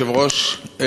אדוני היושב-ראש,